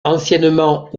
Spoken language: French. anciennement